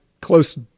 close